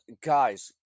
Guys